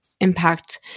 impact